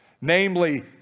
Namely